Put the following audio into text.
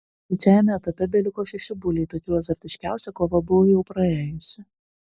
trečiajame etape beliko šeši buliai tačiau azartiškiausia kova buvo jau praėjusi